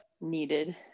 needed